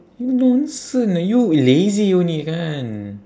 nonsense ah you lazy only kan